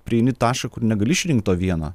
prieini tašką kur negali išrinkt to vieno